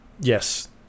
yes